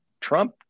Trump